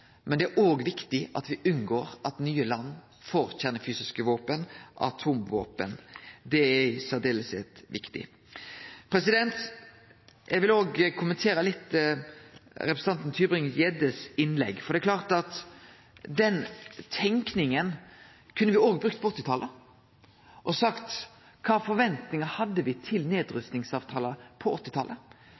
men det er viktig at me unngår at nye land får kjernefysiske våpen, atomvåpen. Det er særleg viktig. Eg vil òg kommentere representanten Tybring-Gjeddes innlegg, for det er klart at den tenkinga kunne me brukt på 1980-talet, og sagt: Kva forventningar hadde me til nedrustingsavtalar på